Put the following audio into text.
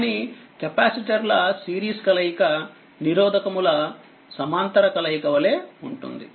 కానీకెపాసిటర్ల series కలయిక నిరోధకముల సమాంతర కలయిక వలె ఉంటుంది